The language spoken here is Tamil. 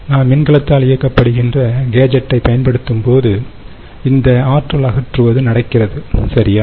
நாம் மின்கலத்தால் இயக்கப்படுகின்ற கேஜெட்டைப் பயன்படுத்தும் போது இந்த ஆற்றல் அகற்றுவது நடக்கிறது சரியா